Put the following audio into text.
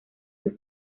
sus